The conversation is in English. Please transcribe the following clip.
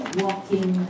walking